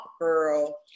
girl